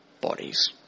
bodies